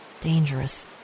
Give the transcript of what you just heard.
dangerous